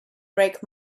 break